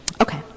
Okay